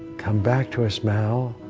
come back to us, mal.